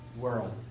world